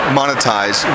monetize